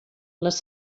les